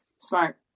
Smart